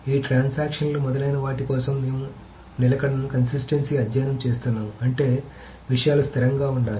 ఈ ట్రాన్సాక్షన్ లు మొదలైన వాటి కోసం మేము నిలకడను అధ్యయనం చేస్తున్నాం అంటే విషయాలు స్థిరంగా ఉండాలి